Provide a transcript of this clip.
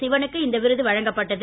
சிவனுக்கு இந்த விருது வழங்கப்பட்டது